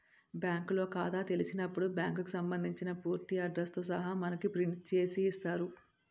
బ్యాంకులో ఖాతా తెలిసినప్పుడు బ్యాంకుకు సంబంధించిన పూర్తి అడ్రస్ తో సహా మనకు ప్రింట్ చేసి ఇస్తారు